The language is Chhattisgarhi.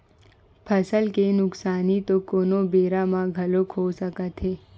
फसल के नुकसानी तो कोनो बेरा म घलोक हो सकत हे